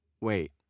wait